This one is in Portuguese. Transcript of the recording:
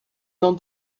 não